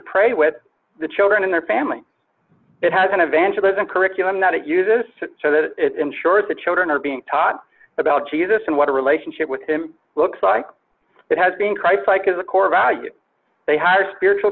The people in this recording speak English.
pray with the children in their family it has an evangelism curriculum that it uses so that it ensures that children are being taught about jesus and what a relationship with him looks like it has been christ like as a core value they had a spiritual